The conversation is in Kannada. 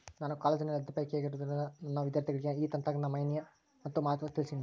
ನಾನು ಕಾಲೇಜಿನಲ್ಲಿ ಅಧ್ಯಾಪಕಿಯಾಗಿರುವುದರಿಂದ ನನ್ನ ವಿದ್ಯಾರ್ಥಿಗಳಿಗೆ ಈ ತಂತ್ರಜ್ಞಾನದ ಮಾಹಿನಿ ಮತ್ತು ಮಹತ್ವ ತಿಳ್ಸೀನಿ